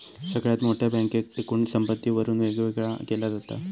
सगळ्यात मोठ्या बँकेक एकूण संपत्तीवरून वेगवेगळा केला जाता